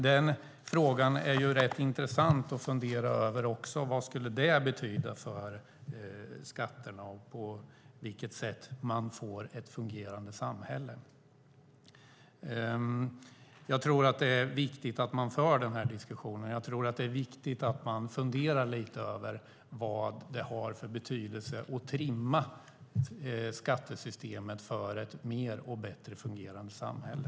Den frågan är rätt intressant att fundera över också när det gäller vad det skulle betyda för skatterna och på vilket sätt man får ett fungerande samhälle. Jag tror att det är viktigt att man för den här diskussionen. Jag tror att det är viktigt att man funderar lite över vad det har för betydelse att trimma skattesystemet för ett mer och bättre fungerande samhälle.